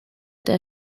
der